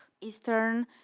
Eastern